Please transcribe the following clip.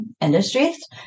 industries